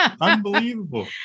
unbelievable